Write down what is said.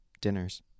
dinners